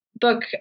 book